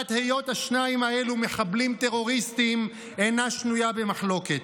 עובדת היות השניים האלו מחבלים טרוריסטים אינה שנויה במחלוקת.